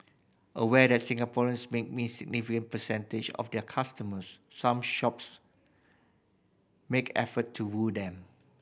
aware that Singaporeans make up a significant percentage of their customers some shops make effort to woo them